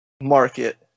market